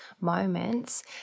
moments